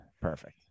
Perfect